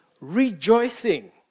rejoicing